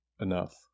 enough